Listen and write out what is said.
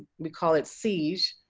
we call it sieej.